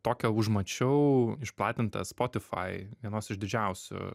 tokią užmačiau išplatintą spotify vienos iš didžiausių